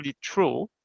true